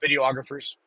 videographers